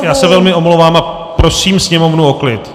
Já se velmi omlouvám a prosím sněmovnu o klid!